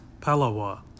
Palawa